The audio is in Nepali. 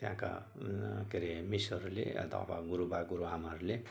त्यहाँका के अरे मिसहरूले या त अब गुरुबा गुरुआमाहरूले